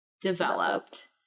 developed